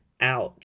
Ouch